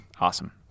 awesome